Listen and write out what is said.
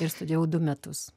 ir studijavau du metus